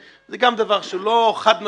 זה גם דבר שהוא לא חד משמעית.